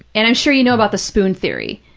and i'm sure you know about the spoon theory.